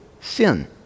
sin